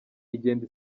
igenda